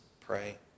pray